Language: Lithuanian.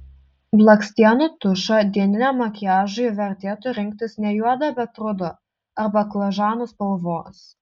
blakstienų tušą dieniniam makiažui vertėtų rinktis ne juodą bet rudą ar baklažanų spalvos